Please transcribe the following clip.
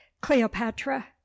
Cleopatra